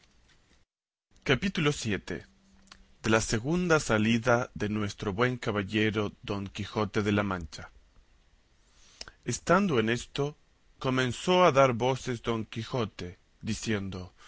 capítulo vii de la segunda salida de nuestro buen caballero don quijote de la mancha estando en esto comenzó a dar voces don quijote diciendo